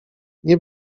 nie